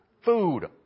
food